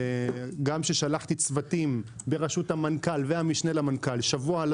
גם כששלחתי צוותים בראשות המנכ"ל והמשנה למנכ"ל שבוע לא